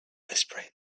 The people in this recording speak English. whispering